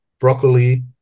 broccoli